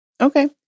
Okay